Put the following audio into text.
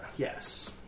Yes